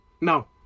no